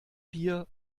bier